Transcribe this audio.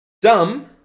Dumb